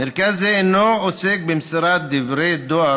מרכז זה אינו עוסק במסירת דברי דואר